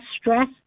stress